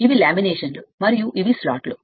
ఇవి లామినేషన్లు మరియు ఇవి స్లాట్లు